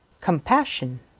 compassion